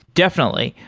definitely.